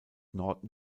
norton